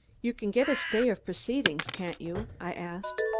you can get a stay of proceedings, can't you? i asked.